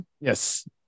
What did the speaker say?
Yes